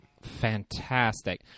Fantastic